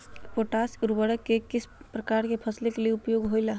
Potash उर्वरक को किस प्रकार के फसलों के लिए उपयोग होईला?